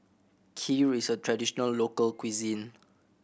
Kheer is a traditional local cuisine